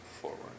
forward